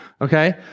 Okay